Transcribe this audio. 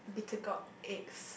bitter gourd eggs